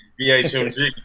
BHMG